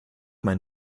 mein